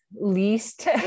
least